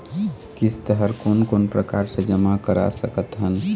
किस्त हर कोन कोन प्रकार से जमा करा सकत हन?